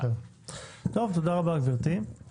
טוב, תודה רבה לגברתי.